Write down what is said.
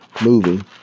movie